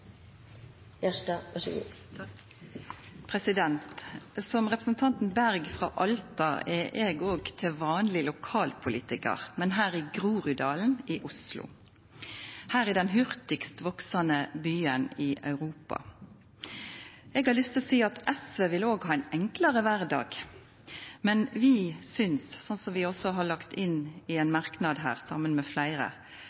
befolkningen øker. Så vil jeg bare avslutte der jeg startet: Frustrasjonen har ligget i hva den forrige regjeringen gjorde, og etterslepet den etterlot seg. Som representanten Berg frå Alta er eg òg til vanleg lokalpolitikar, men i Groruddalen i Oslo – den hurtigast veksande byen i Europa. Eg har lyst til å seia at òg SV vil ha ein enklare kvardag, men vi synest – som vi også,